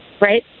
right